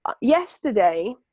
yesterday